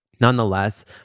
nonetheless